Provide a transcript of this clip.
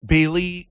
Bailey